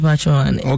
Okay